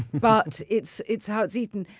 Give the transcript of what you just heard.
but it's it's how it's eaten.